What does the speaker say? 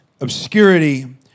obscurity